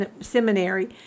Seminary